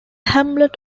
hamlet